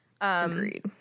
Agreed